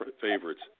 favorites